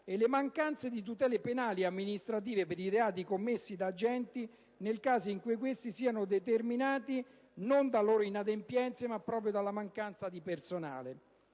la mancanza di tutele penali e amministrative per reati commessi dagli agenti nel caso in cui questi siano determinati non da loro inadempienze ma proprio dalla mancanza di personale.